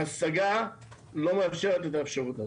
השגה לא מאפשרת את האפשרות הזאת.